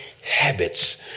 habits